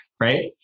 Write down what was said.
Right